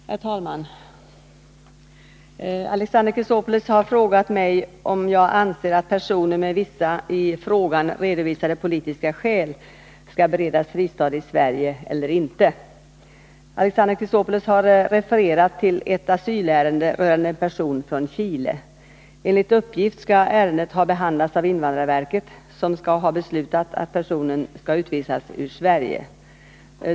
Herr talman! Alexander Chrisopoulos har frågat mig om jag anser att personer med vissa i frågan redovisade politiska skäl skall beredas fristad i Sverige eller inte. Alexander Chrisopoulos har refererat till ett asylärende rörande en person från Chile. Enligt uppgift skall ärendet ha behandlats av invandrarverket, som skall ha beslutat att personen skall utvisas ur Sverige.